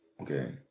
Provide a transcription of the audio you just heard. Okay